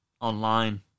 online